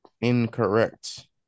Incorrect